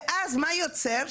ואז מה יוצר?